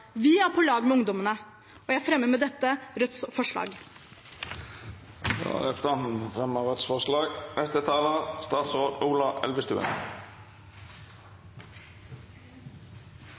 Vi er på lag med ungdommene. Jeg fremmer med dette Rødts forslag. Representanten Seher Aydar har